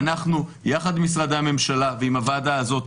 ואנחנו יחד עם משרדי הממשלה ועם הוועדה הזאת,